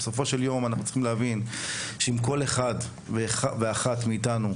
אנחנו צריכים להבין שאם כל אחת ואחד מאיתנו,